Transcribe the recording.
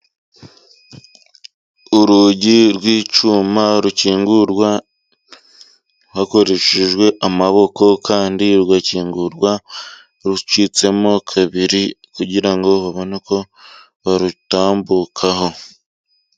Urugi rw'icyuma rukingurwa hakoreshejwe amaboko, kandi rugakingurwa rucitsemo kabiri kugira ngo babone uko barutambukaho.